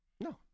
No